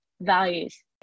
values